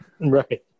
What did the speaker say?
right